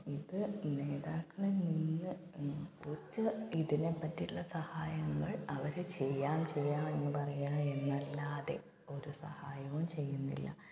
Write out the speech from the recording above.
ഇത് നേതാക്കളില് നിന്ന് ഒരു ഇതിനെപ്പറ്റിയുള്ള സഹായങ്ങള് അവര് ചെയ്യാം ചെയ്യാം എന്ന് പറയുക എന്നല്ലാതെ ഒരു സഹായവും ചെയ്യുന്നില്ല